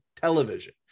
television